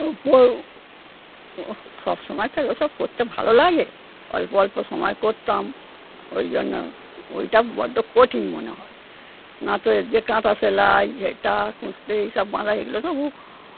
পর সব সময় কি ওসব করতে ভালো লাগে অল্প অল্প সময় করতাম ওই জন্য ওইটা বড্ড কঠিন মনে হয় না তো একে কাঁথা সেলাই একটা কুরুশ দিয়ে এইসব বাঁধা এগুলো তবু